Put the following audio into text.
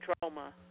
trauma